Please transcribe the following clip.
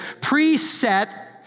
preset